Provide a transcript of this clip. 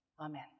Amen